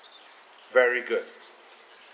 very good